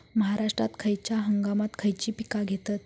महाराष्ट्रात खयच्या हंगामांत खयची पीका घेतत?